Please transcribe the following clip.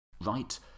right